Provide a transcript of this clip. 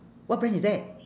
what brand is that